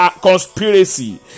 conspiracy